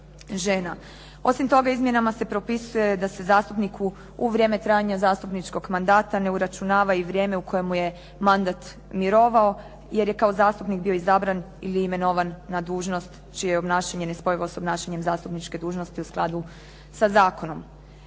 žena. Osim toga izmjenama se propisuje da se zastupniku u vrijeme trajanja zastupničkog mandata, ne uračunava i vrijeme u kojemu je mandat mirovao, jer je kao zastupnik bio izabran ili imenovan na dužnost čije obnašanje nespojivo sa obnašanjem zastupničke dužnosti u skladu sa zakonom.